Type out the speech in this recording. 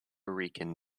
rican